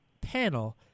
panel